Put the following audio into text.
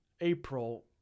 April